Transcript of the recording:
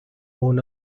own